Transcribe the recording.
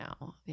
now